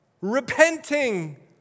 repenting